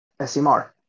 SMR